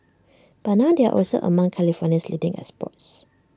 but now they are also among California's leading exports